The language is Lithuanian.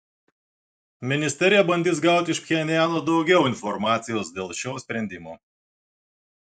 ministerija bandys gauti iš pchenjano daugiau informacijos dėl šio sprendimo